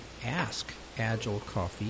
AskAgileCoffee